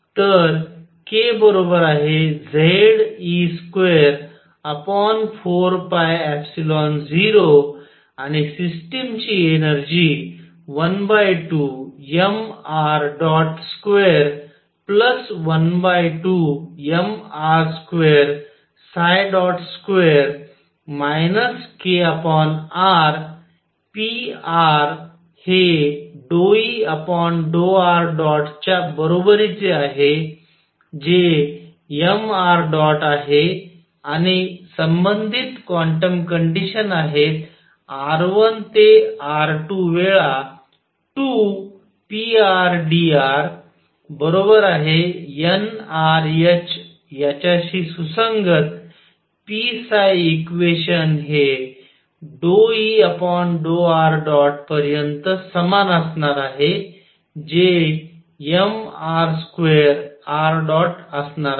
तर k Ze24π0 आणि system ची एनर्जी 12mr212mr22 kr pr हे ∂E∂ṙच्या बरोबरीचे आहे जे mr ̇ आहे आणि संबंधित क्वांटम कंडिशन आहे r1 ते r2 वेळा 2 prdr nrh याच्याशी सुसंगत p इक्वेशन हे ∂E∂ṙ पर्यंत समान असणार जे mr2ṙअसणार आहे